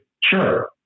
sure